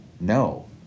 no